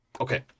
Okay